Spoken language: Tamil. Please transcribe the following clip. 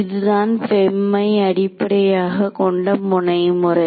இதுதான் FEM ஐ அடிப்படையாக கொண்ட முனை முறை